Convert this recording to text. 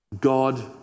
God